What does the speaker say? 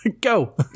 Go